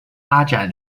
发展